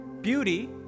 beauty